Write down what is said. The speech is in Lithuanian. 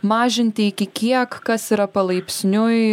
mažinti iki kiek kas yra palaipsniui